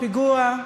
פיגוע,